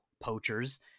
poachers